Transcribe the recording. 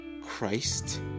Christ